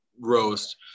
roast